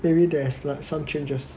maybe there is like some changes